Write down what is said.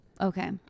Okay